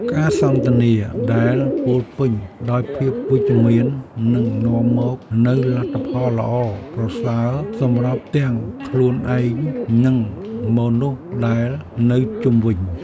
ការសន្ទនាដែលពោរពេញដោយភាពវិជ្ជមាននឹងនាំមកនូវលទ្ធផលល្អប្រសើរសម្រាប់ទាំងខ្លួនឯងនិងមនុស្សដែលនៅជុំវិញ។